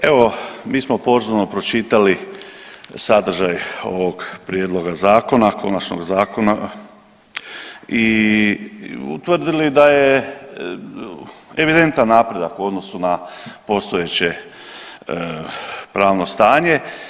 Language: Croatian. Evo mi smo pozorno pročitali sadržaj ovog prijedloga zakona konačnog zakona i utvrdili da je evidentan napredak u odnosu na postojeće pravno stanje.